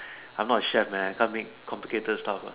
I'm not a chef man I can't make complicated stuff ah